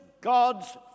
God's